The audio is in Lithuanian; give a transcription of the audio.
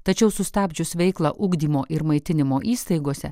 tačiau sustabdžius veiklą ugdymo ir maitinimo įstaigose